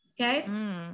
Okay